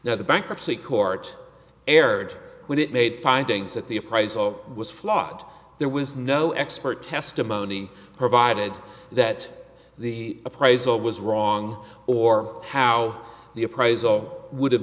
now the bankruptcy court erred when it made findings that the a price of was flawed there was no expert testimony provided that the appraisal was wrong or how the appraisal would have